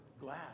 glad